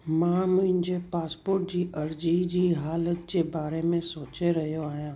मां मुंहिंजे पासपोर्ट जी अर्जी जी हालति जे बारे में सोचे रहियो आहियां